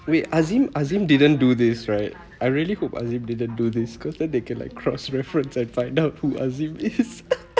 wait azim azim didn't do this right I really hope azim didn't do this cause then they can like cross reference and find out who azim is